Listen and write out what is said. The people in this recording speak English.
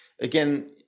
again